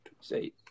say